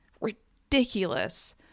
ridiculous